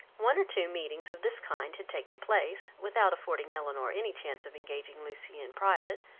one or two meetings of this kind had taken place, without affording elinor any chance of engaging lucy in private,